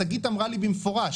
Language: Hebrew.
שגית אמרה לי במפורש,